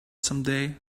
someday